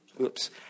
Oops